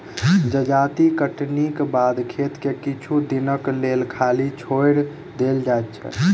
जजाति कटनीक बाद खेत के किछु दिनक लेल खाली छोएड़ देल जाइत छै